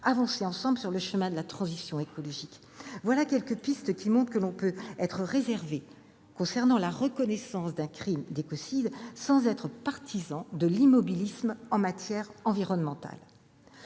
développer des technologies vertes, etc. Voilà quelques pistes qui montrent que l'on peut être réservé concernant la reconnaissance d'un crime d'écocide sans être partisan de l'immobilisme en matière environnementale.